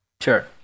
Sure